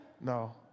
No